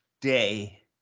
Day